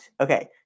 okay